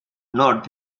not